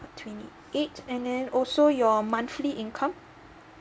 twenty eight and then also your monthly income